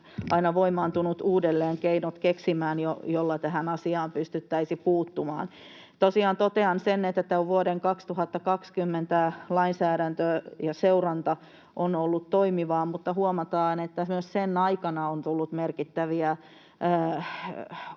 aina voimaantunut uudelleen keksimään keinot, joilla tähän asiaan pystyttäisiin puuttumaan. Tosiaan totean sen, että tämä vuoden 2020 lainsäädäntö ja sen seuranta on ollut toimivaa mutta huomataan, että myös sen aikana on tullut merkittäviä